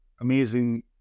amazing